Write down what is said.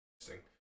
Interesting